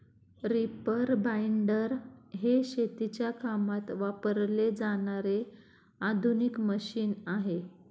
reaper binder हे शेतीच्या कामात वापरले जाणारे आधुनिक मशीन आहे